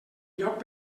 lloc